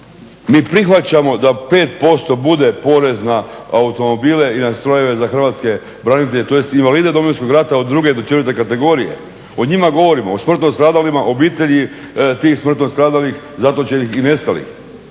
mi prihvaćamo da 5% bude porez na automobile i na strojeve za hrvatske branitelje tj. invalide Domovinskog rata od 2. do 4. kategorije. O njima govorimo, o smrtno stradalima, obitelji tih smrtno stradalih, zatočenih i nestalih.